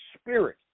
spirit